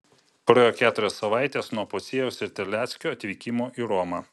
praėjo keturios savaitės nuo pociejaus ir terleckio atvykimo į romą